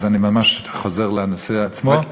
אז אני ממש חוזר לנושא עצמו.